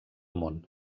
món